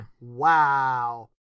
Wow